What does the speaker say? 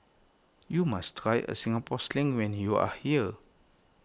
you must try a Singapore Sling when you are here